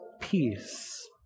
peace